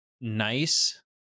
nice